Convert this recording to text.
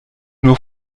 nur